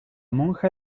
monja